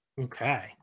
Okay